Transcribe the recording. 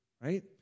right